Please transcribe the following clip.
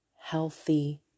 healthy